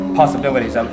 possibilities